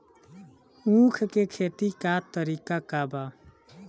उख के खेती का तरीका का बा?